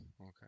Okay